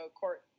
court